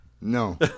No